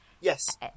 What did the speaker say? Yes